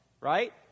right